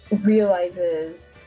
realizes